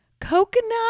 Coconut